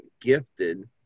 gifted